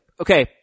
Okay